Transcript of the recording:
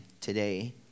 today